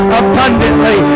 abundantly